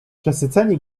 przesyceni